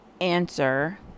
answer